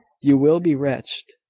you will be wretched,